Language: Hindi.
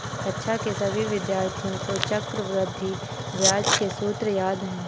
कक्षा के सभी विद्यार्थियों को चक्रवृद्धि ब्याज के सूत्र याद हैं